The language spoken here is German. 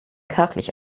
kärglich